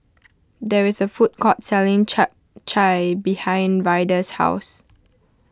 there is a food court selling Chap Chai behind Ryder's house